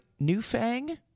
Newfang